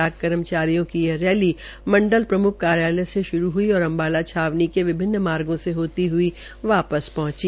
डाक कर्मचारियों की यह रैली मंडल प्रमुख कार्यलय से शुरू हुई और अम्बाला छावनी के विभिन्न मार्गो से होती वापस पहुंची